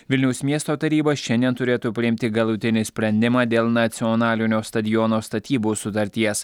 vilniaus miesto taryba šiandien turėtų priimti galutinį sprendimą dėl nacionalinio stadiono statybos sutarties